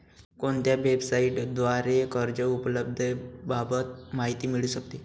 कोणत्या वेबसाईटद्वारे कर्ज उपलब्धतेबाबत माहिती मिळू शकते?